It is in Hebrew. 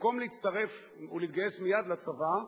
במקום להצטרף ולהתגייס מייד לצבא,